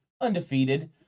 undefeated